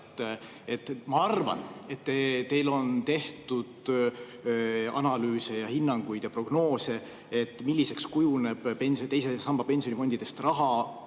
Ma arvan, et teil on tehtud analüüse, hinnanguid ja prognoose, milliseks kujuneb teise samba pensionifondidest raha